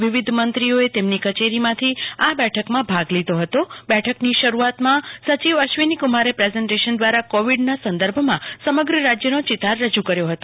વિવિધ મંત્રીઓએ તેમની કચેરીમાંથી આ બેઠકમાં ભાગ લીધો હતો બેઠકની શરૂઆતમાં સચિવ અશ્વિનીકુમારે પ્રેઝન્ટેશન દ્રારા કોવિડના સંદર્ભમાં સમગ્ર રાજયનો ચિતાર રજુ કર્યો હતો